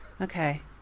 Okay